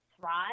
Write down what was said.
thrive